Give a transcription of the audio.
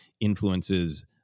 influences